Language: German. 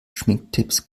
schminktipps